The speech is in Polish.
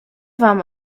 wam